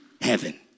Heaven